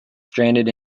stranded